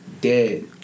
dead